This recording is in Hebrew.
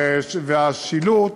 והשילוט,